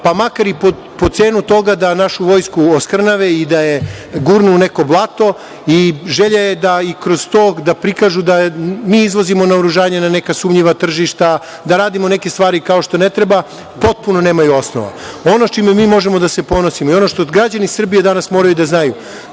pa makar i po cenu toga da našu vojsku oskrnave i da je gurnu u neko blato. Želja je da i kroz to prikažu da mi izvozimo naoružanje na neka sumnjiva tržišta, da radimo neke stvari kao što ne treba, potpuno nemaju osnova. Ono sa čime mi možemo da se ponosimo i ono što građani Srbije danas moraju da znaju,